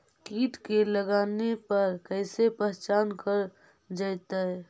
कीट के लगने पर कैसे पहचान कर जयतय?